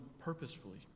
purposefully